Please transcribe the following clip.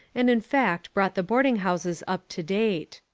and in fact brought the boarding houses up to date.